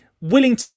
willing